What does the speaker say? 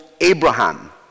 Abraham